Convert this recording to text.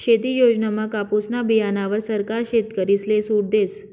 शेती योजनामा कापुसना बीयाणावर सरकार शेतकरीसले सूट देस